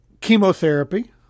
chemotherapy